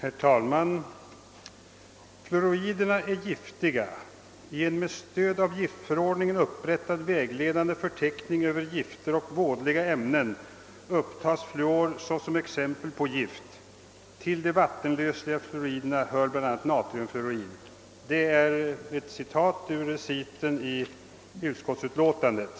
Herr talman! »Fluoriderna är giftiga. I en med stöd av giftförordningen upprättad vägledande förteckning över gifter och vådliga ämnen upptas fluor såsom exempel på gift. Till de vattenlösliga fluoriderna hör bl.a. natriumfluorid.» Detta är ett citat ur reciten i utskottsutlåtandet.